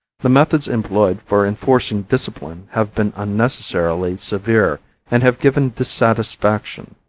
the methods employed for enforcing discipline have been unnecessarily severe and have given dissatisfaction.